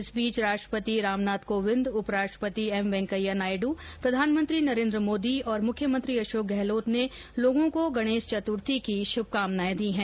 इस बीच राष्ट्रपति रामनाथ कोविंद उप राष्ट्रपति एम वैंकेया नायडु प्रधानमंत्री नरेन्द्र मोदी और मुख्यमंत्री अशोक गहलोत ने लोगों को गणेश चतुर्थी की शुभकामनाएं दी हैं